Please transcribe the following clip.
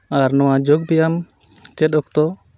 ᱟᱨ ᱱᱚᱣᱟ ᱡᱳᱜᱽ ᱵᱮᱭᱟᱢ ᱪᱮᱫ ᱚᱠᱛᱚ